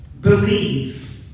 Believe